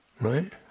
right